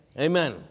Amen